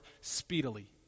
speedily